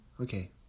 Okay